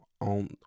on